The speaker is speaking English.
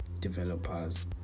developers